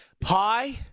pie